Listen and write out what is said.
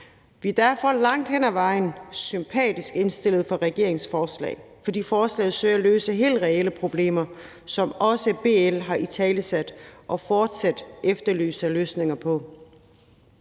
Vi er derfor langt hen ad vejen sympatisk indstillede over for regeringens forslag, fordi forslaget søger at løse nogle helt reelle problemer, som også BL har italesat og fortsat efterlyser løsninger på.